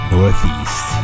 Northeast